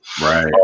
Right